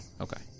Okay